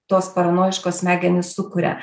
tos paranojiškos smegenys sukuria